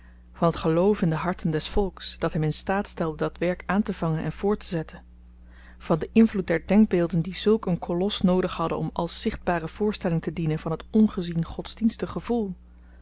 van t geloof in de harten des volks dat hem in staat stelde dat werk aantevangen en voorttezetten van den invloed der denkbeelden die zùlk een kolos noodig hadden om als zichtbare voorstelling te dienen van het ongezien godsdienstig gevoel